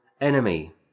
enemy